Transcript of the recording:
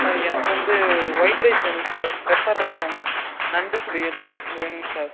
sir எனக்கு வந்து white rice வேணும் சார் பெப்பர் ரசம் நண்டு பொரியல் இது வேணுங்க சார்